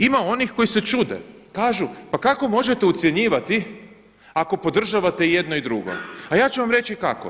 Ima onih koji se čude, kažu pa kako možete ucjenjivati ako podržavate i jedno i drugo a ja ću vam reći kako.